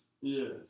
Yes